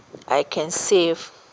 I can save